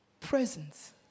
presence